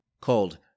called